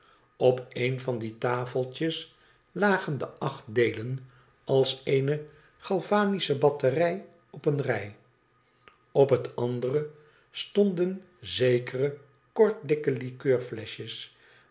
op een van die tafeltjes lagen de acht deelen als eene galvanische batterij op eene rij op het andere stonden zekere